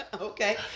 Okay